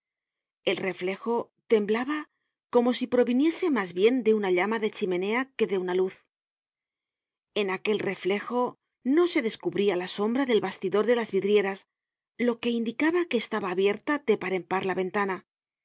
el reflejo temblaba como si proviniese mas bien de una llama de chimenea que de una luz en aquel reflejo no se descubria la sombra del bastidor de las vidrieras lo que indicaba que estaba abierta de par en par la ventana